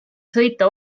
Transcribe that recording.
sõita